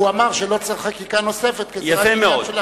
הוא אמר שלא צריך חקיקה נוספת כי זה רק עניין של אכיפה.